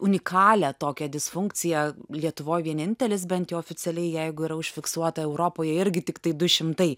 unikalią tokią disfunkciją lietuvoj vienintelis bent jau oficialiai jeigu yra užfiksuota europoje irgi tiktai du šimtai